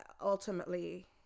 ultimately